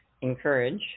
Encourage